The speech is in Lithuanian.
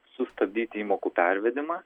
sustabdyti įmokų pervedimą